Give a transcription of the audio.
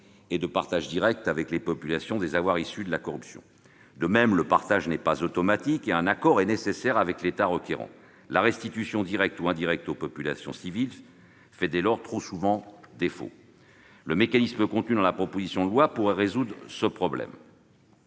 et de partage direct avec les populations des avoirs issus de la corruption. De même, le partage n'est pas automatique : un accord est nécessaire avec l'État requérant. Dès lors, la restitution directe ou indirecte aux populations civiles fait trop souvent défaut. Le mécanisme contenu dans la proposition de loi pourrait résoudre ce problème.